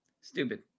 Stupid